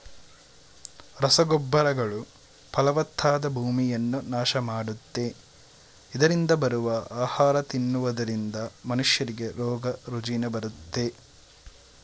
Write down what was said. ರಸಗೊಬ್ಬರಗಳು ಫಲವತ್ತಾದ ಭೂಮಿಯನ್ನ ನಾಶ ಮಾಡುತ್ತೆ, ಇದರರಿಂದ ಬರುವ ಆಹಾರ ತಿನ್ನುವುದರಿಂದ ಮನುಷ್ಯರಿಗೆ ರೋಗ ರುಜಿನ ಬರುತ್ತೆ